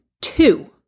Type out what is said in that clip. two